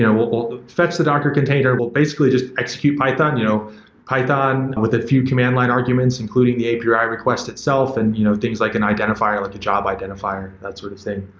yeah we'll fetch the docker container. we'll basically just execute python. you know python with a few command line arguments, including the api ah request itself and you know things like and identifier, like a job identifier, that sort of thing.